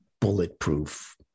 bulletproof